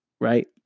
right